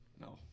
No